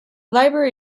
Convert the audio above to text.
library